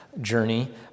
journey